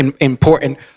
important